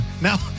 Now